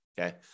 okay